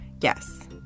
yes